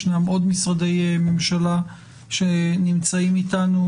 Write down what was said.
ישנם עוד משרדי ממשלה שנמצאים אתנו,